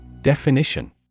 Definition